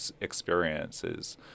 experiences